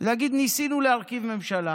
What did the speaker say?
להגיד: ניסינו להרכיב ממשלה,